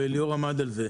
וליאור עמד על זה,